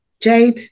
Jade